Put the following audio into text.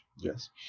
yes